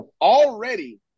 already